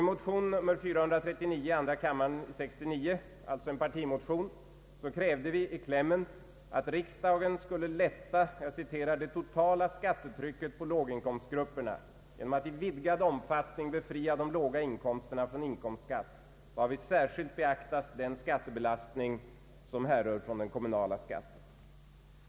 I motion nr 439 i andra kammaren från år 1969, en partimotion, krävde vi i klämmen att riksdagen skulle lätta ”det totala skattetrycket på låginkomstgrupperna genom att i vidgad omfattning befria de låga inkomsterna från inkomstskatt, varvid särskilt beaktas den skattebelastning som härrör från den kommunala skatten”.